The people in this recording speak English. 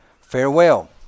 Farewell